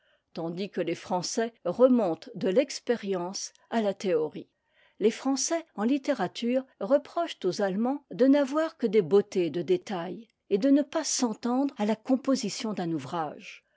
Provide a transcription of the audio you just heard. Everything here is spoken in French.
tandis que les français remontent de l'expérience à la théorie les français en littérature reprochent aux allemands de n'avoir que des beautés de détail et de ne pas s'entendre à la composition d'un ouvrage